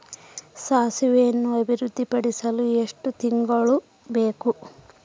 ಸಾಸಿವೆಯನ್ನು ಅಭಿವೃದ್ಧಿಪಡಿಸಲು ಎಷ್ಟು ತಿಂಗಳು ಬೇಕು?